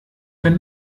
wenn